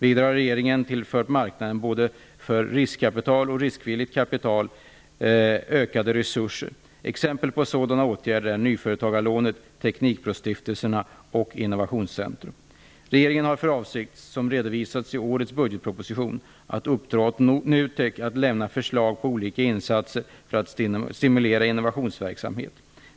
Vidare har regeringen tillfört marknaden för både riskkapital och riskvilligt kapital ökade resurser. Exempel på sådana åtgärder är nyföretagarlånet, teknikbrostiftelserna och Innovationscentrum. Regeringen har för avsikt, som redovisats i årets budgetproposition, att uppdra åt NUTEK att lämna förslag på olika insatser för att stimulera innovationsverksamhet.